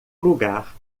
lugar